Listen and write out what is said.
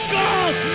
girls